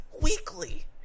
weekly